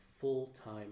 full-time